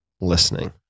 Listening